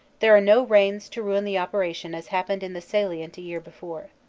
there are no rains to ruin the operation as happened in the salient a year before.